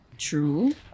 True